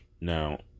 Now